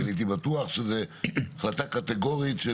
כי אני הייתי בטוח שזו החלטה קטגורית של